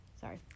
Sorry